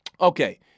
okay